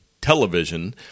television